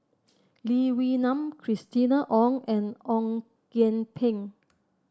Lee Wee Nam Christina Ong and Ong Kian Peng